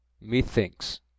Methinks